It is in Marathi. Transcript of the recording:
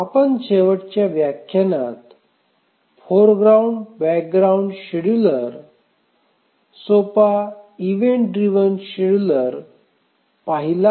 आपन शेवटच्या व्याख्यानात फोरग्राऊंड बॅकग्राऊंड शेड्यूलर अगदी सोपा इव्हेंट ड्रिव्हन शेड्यूलर पाहिला